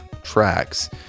tracks